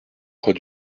croix